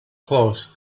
close